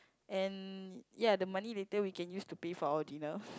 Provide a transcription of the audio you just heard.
and ya the money later we can use to pay for our dinner